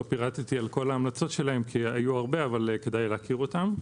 לא פירטתי על כל ההמלצות, אבל כדאי להכיר אותן.